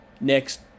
next